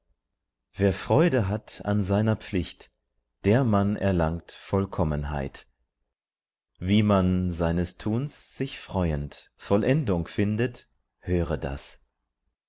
wer freude hat an seiner pflicht der mann erlangt vollkommenheit wie man seines tuns sich freuend vollendung findet höre das